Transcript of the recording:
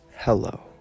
hello